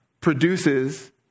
produces